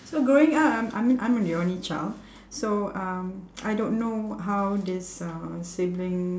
so growing up I'm I'm I'm the only child so um I don't know how this uh sibling